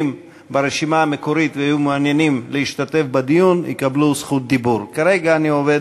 לחוק הממשלה, התשס"א 2001, מבקשת הממשלה להביא